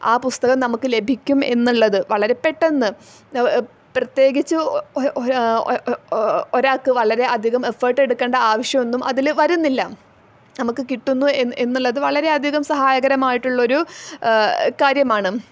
ആ പുസ്തകം നമുക്ക് ലഭിക്കും എന്നുള്ളത് വളരെ പെട്ടെന്ന് പ്രത്യേകിച്ച് ഒരാൾക്ക് വളരെ അധികം എഫേർട്ട് എടുക്കേണ്ട ആവശ്യം ഒന്നും അതിൽ വരുന്നില്ല നമുക്ക് കിട്ടുന്നു എന്നുള്ളത് വളരെ അധികം സഹായകരമായിടുള്ളൊരു കാര്യമാണ്